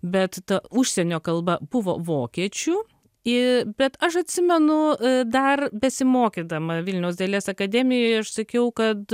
bet ta užsienio kalba buvo vokiečių i bet aš atsimenu dar besimokydama vilniaus dailės akademijoj aš sakiau kad